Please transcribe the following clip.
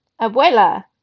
Abuela